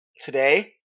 today